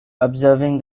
observing